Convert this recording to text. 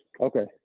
Okay